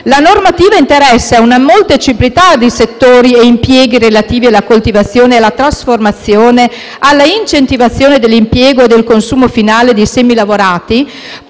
La normativa interessa una molteplicità di settori relativi alla coltivazione, alla trasformazione e alla incentivazione dell'impiego e del consumo finale dei semilavorati